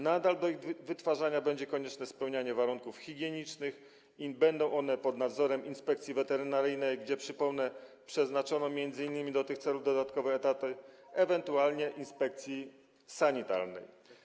Nadal do ich wytwarzania będzie konieczne spełnianie warunków higienicznych i będą one pod nadzorem Inspekcji Weterynaryjnej - przypomnę, że przeznaczono m.in. do tych celów dodatkowe etaty - ewentualnie inspekcji sanitarnej.